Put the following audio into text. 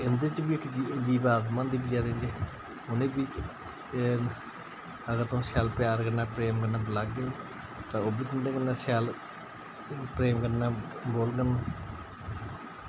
उं'दे च बी इक जीब आत्मा होंदी बचैरें च उ'नें बी अगर तुस शैल प्यार कन्नै प्रेम कन्नै बलागे तां ओह् बी तुं'दे कन्नै शैल प्रेम कन्नै बोलङन